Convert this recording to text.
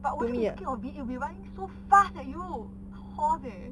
but would you be scared of it if it run through fast at you horse eh